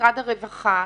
שמשרד הרווחה,